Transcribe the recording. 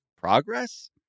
progress